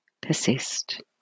persist